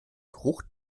geruch